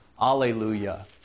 alleluia